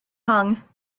hung